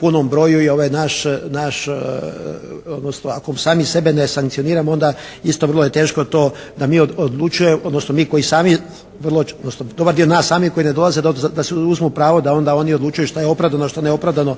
punom broju i ovaj naš odnosno ako sami sebe ne sankcioniramo onda isto vrlo je teško da mi odlučujemo odnosno da mi koji sami vrlo, odnosno dobar dio nas samih koji ne dolaze, da se oduzme pravo da oni odlučuju šta je opravdano a šta neopravdano